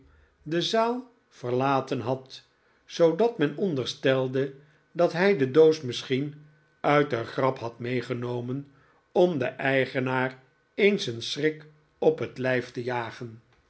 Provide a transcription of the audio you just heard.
de zaal verlaten had zoodat'men onderstelde dat hij de doosmisschien bradbury in het gekkenhuis uit de grap had medegenoraen om den eigenaar eens een schrik op het lijf te jagen